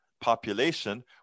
population